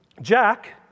Jack